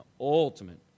ultimate